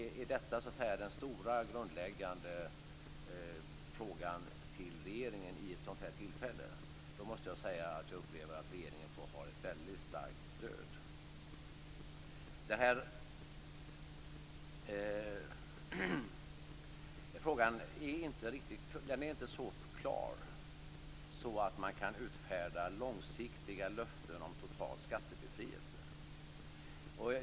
Är detta den stora och grundläggande frågan till regeringen vid ett sådant här tillfälle, måste jag säga att regeringen upplever sig ha ett väldigt starkt stöd. Frågan är inte riktigt så klar att man kan utfärda långsiktiga löften om total skattebefrielse.